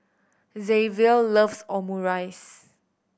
Xzavier loves Omurice